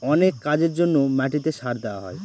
অনেক কাজের জন্য মাটিতে সার দেওয়া হয়